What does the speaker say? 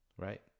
Right